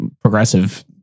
progressive